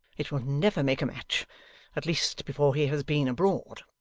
it will never make a match at least before he has been abroad.